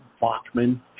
Bachmann